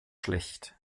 schlecht